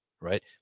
right